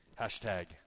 Hashtag